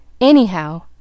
Anyhow